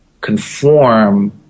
conform